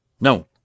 No